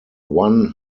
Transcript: one